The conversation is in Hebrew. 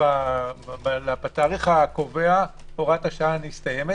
בתאריך הקובע הוראת השעה מסתיימת